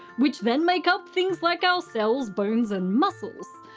which then make up things like our cells, bones, and muscles.